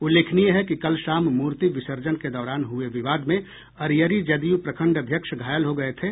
उल्लेखनीय है कि कल शाम मूर्ति विसर्जन के दौरान हुये विवाद में अरियरी जदयू प्रखंड अध्यक्ष घायल हो गये थे